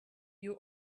you